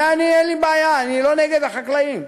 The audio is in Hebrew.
ואני, אין לי בעיה, אני לא נגד החקלאים.